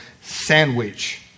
sandwich